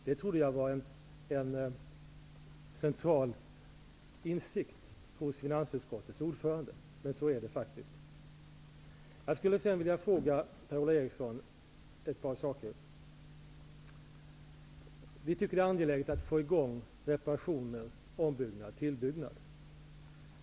Det trodde jag var en central insikt hos finansutskottets ordförande, men så är det faktiskt inte. Jag skulle vidare vilja ställa ett par frågor till Per Ola Eriksson. Vi tycker att det är angeläget att få i gång reparationer, ombyggnader och tillbyggnader.